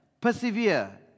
persevere